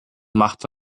machte